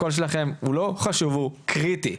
הקול שלכם הוא לא חשוב, הוא קריטי.